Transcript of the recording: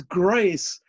grace